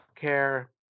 care